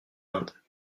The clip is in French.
inde